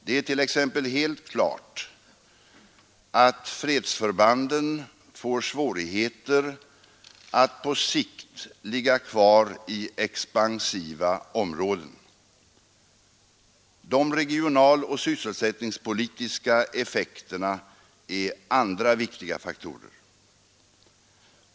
Det är t.ex. helt klart att fredsförbanden får svårigheter att på sikt ligga kvar i expansiva områden. De regionaloch sysselsättningspolitiska effekterna är andra viktiga faktorer.